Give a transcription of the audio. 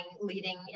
leading